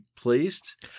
placed